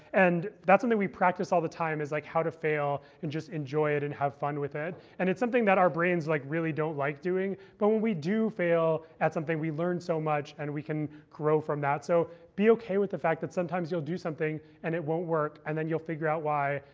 and that's something that we practice all the time is like how to fail, and just enjoy it, and have fun with it. and it's something that our brains like really don't like doing. but when we do fail at something, we learn so much. and we can grow from that. so be ok with the fact that sometimes, you'll do something, and it won't work. and then you'll figure out why,